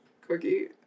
cookie